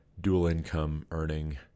dual-income-earning